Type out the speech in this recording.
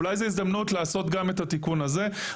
אולי זה הזדמנות לעשות גם את התיקון הזה,